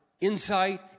insight